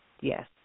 yes